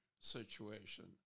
situation